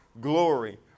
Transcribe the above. glory